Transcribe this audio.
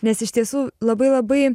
nes iš tiesų labai labai